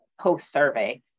post-survey